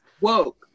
woke